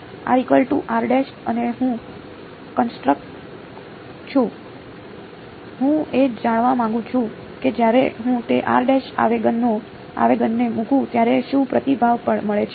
અને હું કંસ્ટ્રક્ટ છું હું એ જાણવા માંગુ છું કે જ્યારે હું તે આવેગને મુકું ત્યારે શું પ્રતિભાવ મળે છે